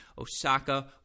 Osaka